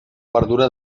verdura